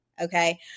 okay